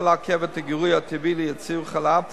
לעכב את הגירוי הטבעי לייצור החלב ואף,